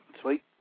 Sweet